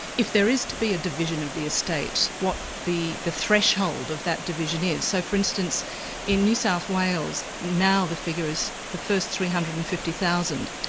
if there is to be a division of the estate, what the the threshold of that division is, so for instance in new south wales now the figure is the first three hundred and fifty thousand